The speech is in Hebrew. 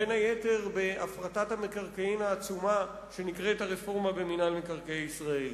בין היתר בהפרטת המקרקעין העצומה שנקראת הרפורמה במינהל מקרקעי ישראל.